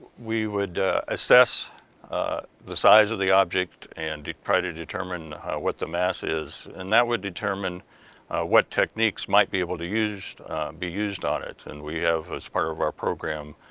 we would assess the size of the object and try to determine what the mass is, and that would determine what techniques might be able to be used on it. and we have, as part of our program,